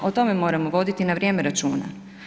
O tome moramo voditi na vrijeme računa.